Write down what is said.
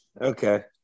Okay